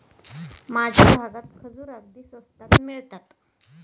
माझ्या भागात खजूर अगदी स्वस्तात मिळतात